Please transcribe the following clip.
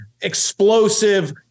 explosive